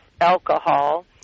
alcohol